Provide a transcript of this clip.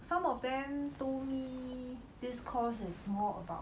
some of them told me this course is more about